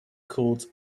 called